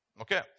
Okay